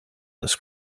this